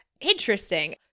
Interesting